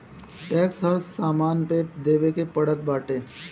tax हर सामान पे देवे के पड़त बाटे